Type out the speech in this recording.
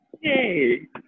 Yay